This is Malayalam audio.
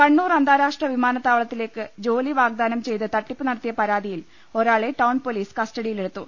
കണ്ണൂർ അന്താരാഷ്ട്ര വിമാനത്താവളത്തിലേക്ക് ജോലി വാഗ്ദാനം ചെയ്ത് തട്ടിപ്പ് നടത്തിയ പരാതിയിൽ ഒരാളെ ടൌൺ പൊലീസ് കസ്റ്റഡിയിലെടുത്തു